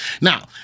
Now